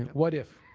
what if?